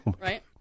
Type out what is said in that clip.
right